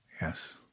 Yes